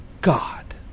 God